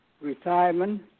retirement